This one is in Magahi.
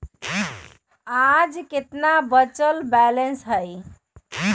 आज केतना बचल बैलेंस हई?